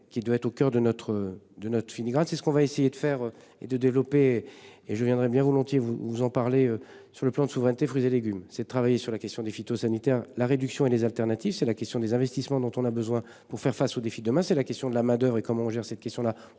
au coeur de notre de notre fini grade. C'est ce qu'on va essayer de faire et de développer et je viendrai bien volontiers, vous vous en parler sur le plan de souveraineté, fruits et légumes c'est de travailler sur la question des phytosanitaires la réduction et les alternatives c'est la question des investissements dont on a besoin pour faire face aux défis demain, c'est la question de la main d'oeuvre et comment on gère cette question là.